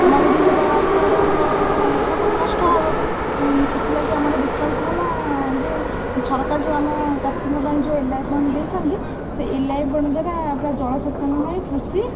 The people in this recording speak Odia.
ମରୁଡ଼ି ହେବା ଫଳରେ ଆମର ଫସଲ ନଷ୍ଟ ହେବ ସେଥିଲାଗି ଆମର ବିକଳ୍ପ ହେଲା ଯେ ସରକାର ଯେଉଁ ଆମ ଚାଷୀଙ୍କ ପାଇଁ ଯେଉଁ ଏଲ୍ ଆଇ ପଏଣ୍ଟ ଦେଇଛନ୍ତି ସେ ଏଲ୍ ଆଇ ପଏଣ୍ଟ ଦ୍ୱାରା ପୂରା ଜଳସେଚନ ହୁଏ କୃଷି